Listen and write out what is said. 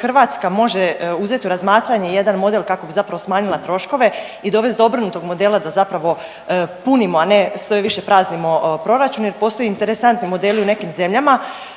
Hrvatska može uzeti u razmatranje jedan model kako bi zapravo smanjila troškove i dovest do obrnutog modela da zapravo punimo, a ne sve više praznimo proračun jer postoje interesantni modeli u nekim zemljama